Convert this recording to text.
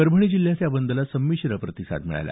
परभणी जिल्ह्यात या बंदला संमिश्र प्रतिसाद मिळाला